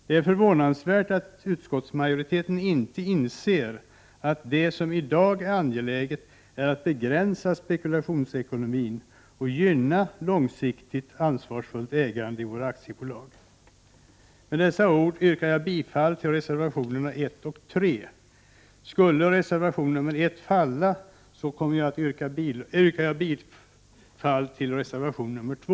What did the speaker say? Det är förvånansvärt att utskottsmajoriteten inte inser att det i dag är angeläget att begränsa spekulationsekonomin och gynna långsiktigt ansvars-]| fullt ägande i våra aktiebolag. Med dessa ord yrkar jag bifall till reservationerna 1 och 3. Skullel reservation 1 falla, yrkar jag bifall till reservation 2.